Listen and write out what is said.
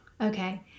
okay